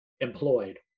employed